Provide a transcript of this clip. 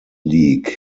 league